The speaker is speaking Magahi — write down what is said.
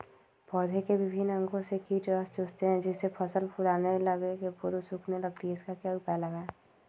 पौधे के विभिन्न अंगों से कीट रस चूसते हैं जिससे फसल फूल आने के पूर्व सूखने लगती है इसका क्या उपाय लगाएं?